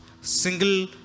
single